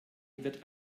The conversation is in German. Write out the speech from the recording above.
wird